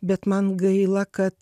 bet man gaila kad